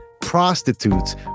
prostitutes